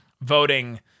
voting